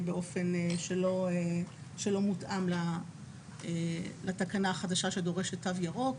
באופן שלא מותאם לתקנה החדשה שדורשת תו ירוק.